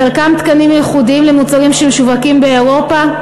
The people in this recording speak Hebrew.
חלקם תקנים ייחודיים למוצרים שמשווקים באירופה,